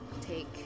take